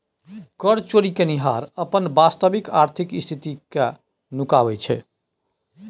कर चोरि केनिहार अपन वास्तविक आर्थिक स्थिति कए नुकाबैत छै